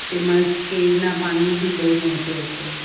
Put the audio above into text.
તેમ જ કેળના પાનનું બી બહુ મહત્ત્વ છે